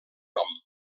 nom